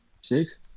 Six